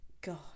God